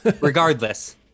Regardless